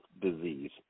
disease